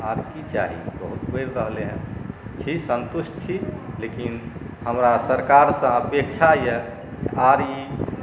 आओर की चाही बहुत बढ़ि रहलै हेँ छी सन्तुष्ट छी लेकिन हमरा सरकारसँ अपेक्षा यए आओर ई